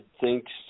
thanks